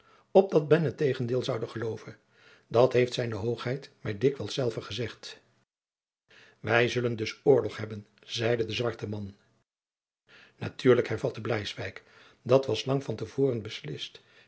opdat men het tegendeel zoude geloven dat heeft z h mij dikwijls zelve gezegd wij zullen dus oorlog hebben zeide de zwarte man natuurlijk hervatte bleiswyk dat was lang van te voren beslist